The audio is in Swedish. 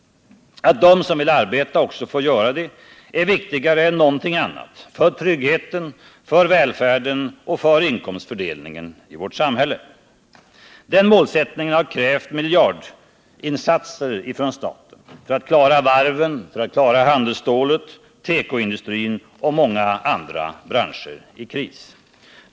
Att de som vill arbeta också får göra det är viktigare än någonting annat för tryggheten, för välfärden och för inkomstfördelningen i vårt samhälle. Den målsättningen har krävt mångmiljardinsatser av staten för att klara varven, handelsstålet, tekoindustrin och många andra branscher i kris.